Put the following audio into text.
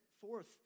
forth